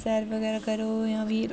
सैर बगैरा करो जां फिर